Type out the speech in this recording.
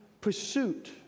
pursuit